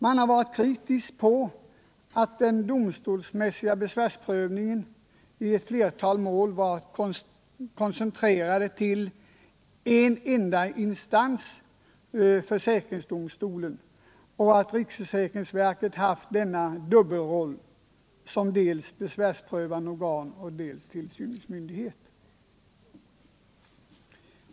Man har varit kritisk mot att den domstolsmässiga besvärsprövningen i flertalet mål varit koncentrerad till en enda instans, försäkringsdomstolen, och att riksförsäkringsverket haft en dubbelroll som dels besvärsprövande organ, dels tillsynsmyndighet.